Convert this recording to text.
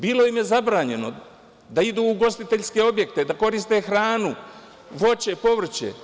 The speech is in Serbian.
Bilo im je zabranjeno da idu u ugostiteljske objekte, da koriste hranu, voće, povrće.